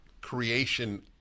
creation